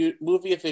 movie